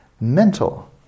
Mental